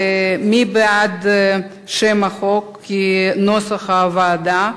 מי בעד שם החוק, כנוסח הוועדה?